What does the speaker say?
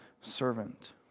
servant